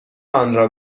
آنرا